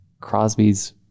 Crosby's